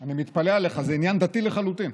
אני מתפלא עליך, זה עניין דתי לחלוטין.